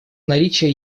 наличие